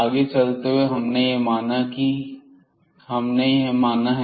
आगे चलते हुए हमने यह माना है